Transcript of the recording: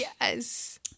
Yes